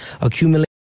accumulate